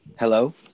Hello